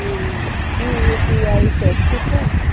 की यू.पी.आई सुरक्षित है?